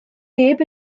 neb